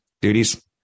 duties